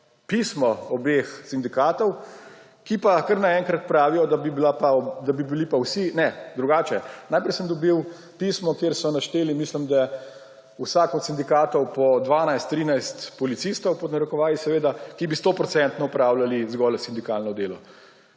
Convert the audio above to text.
pismo obeh sindikatov, ki pa kar naenkrat pravijo, da bi bila pa … Ne, drugače, najprej sem dobil pismo, kjer so našteli, mislim, da vsak od sindikatov po 12, 13 policistov, pod narekovaji seveda, ki bi 100-odstotno opravljali zgolj sindikalno delo.